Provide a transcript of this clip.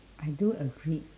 I do agree